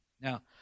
Now